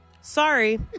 Sorry